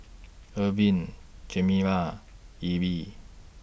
Irven Chimere Elby